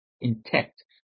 intact